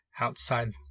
outside